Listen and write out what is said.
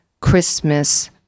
Christmas